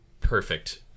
perfect